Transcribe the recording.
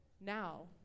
now